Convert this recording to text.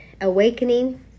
Awakening